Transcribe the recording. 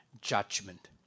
judgment